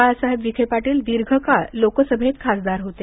बाळासाहेब विखे पाटील दीर्घकाळ लोकसभेत खासदार होते